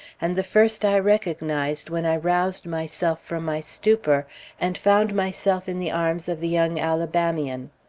and the first i recognized when i roused myself from my stupor and found myself in the arms of the young alabamian.